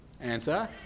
Answer